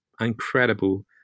incredible